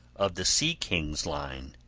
of the sea-kings' line,